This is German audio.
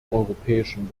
europäischen